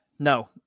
No